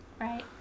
Right